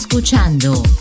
Escuchando